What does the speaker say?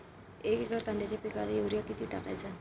एक एकर कांद्याच्या पिकाला युरिया किती टाकायचा?